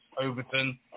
Overton